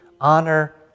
honor